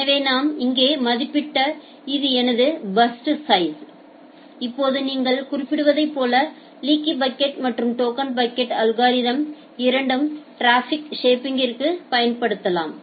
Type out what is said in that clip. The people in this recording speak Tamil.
எனவே நாம் இங்கே மதிப்பிட்ட இது எனது பர்ஸ்ட் சைஸ் இப்போது நீங்கள் குறிப்பிடுவதைப் போல லீக்கி பக்கெட் மற்றும் டோக்கன் பக்கெட்t அல்கோரிதம்ஸ் இரண்டும்டிராபிக் ஷேப்பிங்ற்கு பயன்படுத்தப்படலாம்